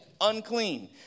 Unclean